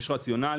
יש רציונל,